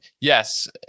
yes